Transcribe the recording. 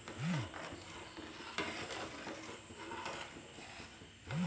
ಅಥವಾ ಆನ್ಲೈನ್ ಅಲ್ಲಿ ಎಂತಾದ್ರೂ ಒಪ್ಶನ್ ಉಂಟಾ